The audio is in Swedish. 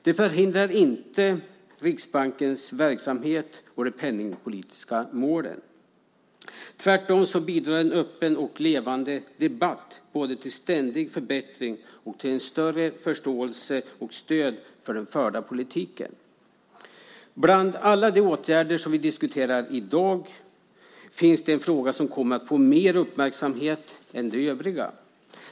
Det förhindrar inte en debatt om Riksbankens verksamhet och de penningpolitiska målen. Tvärtom bidrar en öppen och levande debatt både till ständig förbättring och till en större förståelse och ett stöd för den förda politiken. Bland alla de åtgärder som vi diskuterar i dag finns en fråga som kommer att få större uppmärksamhet än de övriga.